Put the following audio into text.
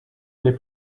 aller